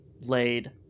laid